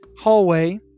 hallway